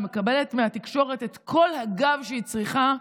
והיא מקבלת מהתקשורת את כל הגב שהיא צריכה.